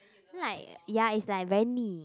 then like ya it's like very 腻